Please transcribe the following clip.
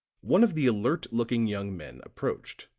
one of the alert-looking young men approached.